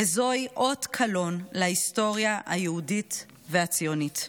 וזה אות קלון בהיסטוריה היהודית והציונית.